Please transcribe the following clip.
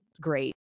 Great